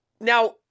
Now –